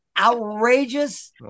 outrageous